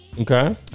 Okay